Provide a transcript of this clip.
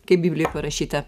kaip biblijoj parašyta